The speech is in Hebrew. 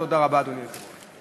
תודה רבה, אדוני היושב-ראש.